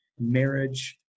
marriage